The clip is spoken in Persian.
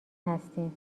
هستین